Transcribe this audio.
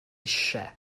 eisiau